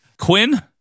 Quinn